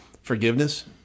forgiveness